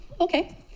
Okay